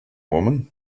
woman